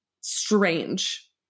strange